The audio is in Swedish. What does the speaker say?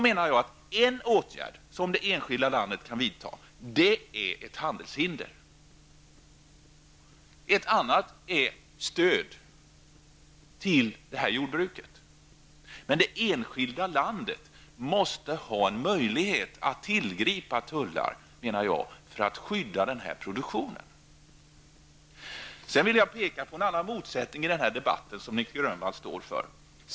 En åtgärd som det enskilda landet kan vidta är att införa ett handelshinder. En annan åtgärd är att ge stöd till jordbruket. Men det enskilda landet måste ha en möjlighet att ta till tullar för att skydda jordbruksproduktionen. Jag vill också peka på en annan motsättning i den här debatten, som Nic Grönvall står för.